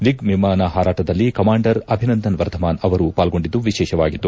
MiG ವಿಮಾನ ಪಾರಾಟದಲ್ಲಿ commander Abhinandan Vardhaman ಅವರು ಪಾಲ್ಗೊಂಡಿದ್ದು ವಿಶೇಷವಾಗಿತ್ತು